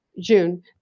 june